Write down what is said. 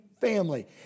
family